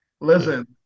Listen